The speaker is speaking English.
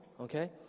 okay